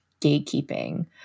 gatekeeping